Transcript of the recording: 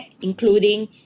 including